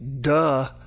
duh